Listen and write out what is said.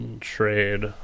trade